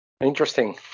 Interesting